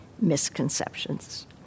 misconceptions